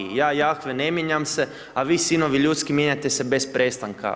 Ja, Jahve, ne mijenjam se, a vi sinovi ljudski mijenjate se bez prestanka.